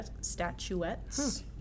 statuettes